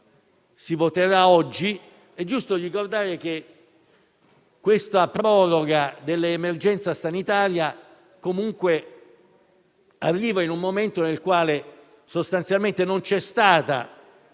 si voterà oggi è giusto ricordare che la proroga dell'emergenza sanitaria arriva comunque in un momento nel quale sostanzialmente non c'è stato